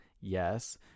yes